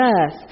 earth